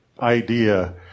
idea